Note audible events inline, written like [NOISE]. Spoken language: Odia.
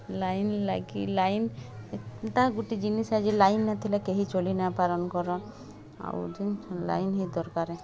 ଲାଇନ୍ ଲାଗି ଲାଇନ୍ ଏନ୍ତା ଗୁଟେ ଜିନିଷ୍ ଯେ ଲାଇନ୍ ନଥିଲେ କେହି ଚଲିନା ପାର୍ନ କର୍ନ ଆଉ [UNINTELLIGIBLE] ଲାଇନ୍ ହିଁ ଦରକାର